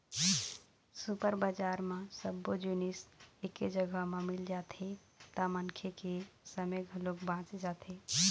super बजार म सब्बो जिनिस एके जघा म मिल जाथे त मनखे के समे घलोक बाच जाथे